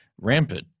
rampant